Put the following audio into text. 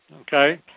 Okay